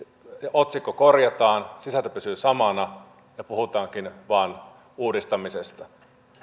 otsikko korjataan sisältö pysyy samana ja puhutaankin vain uudistamisesta